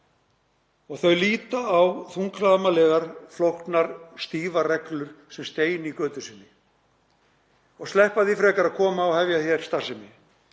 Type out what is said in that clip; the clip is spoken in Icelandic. Þau líta á þunglamalegar, flóknar og stífar reglur sem stein í götu sinni og sleppa því frekar að koma og hefja hér starfsemi.